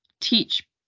teach